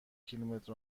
کیلومتر